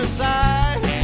side